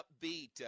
upbeat